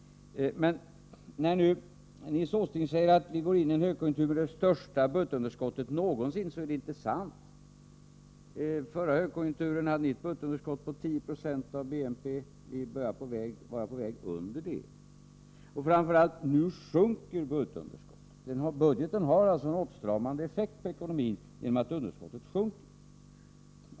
När nu Nils Åsling säger att vi går in i en högkonjunktur med det största budgetunderskottet någonsin är det inte sant. Förra högkonjunkturen hade vi ett budgetunderskott på 10 70 av bruttonationalprodukten. Nu är vi på väg under det, och framför allt sjunker budgetunderskottet. Budgeten har alltså en åtstramande effekt på ekonomin genom att underskottet sjunker.